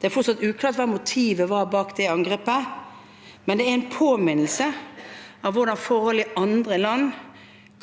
Det er fortsatt uklart hva motivet bak det angrepet var, men det er en påminnelse om hvordan forhold i andre land